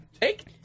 take